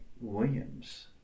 Williams